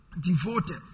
Devoted